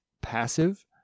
passive